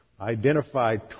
identified